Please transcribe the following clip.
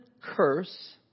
curse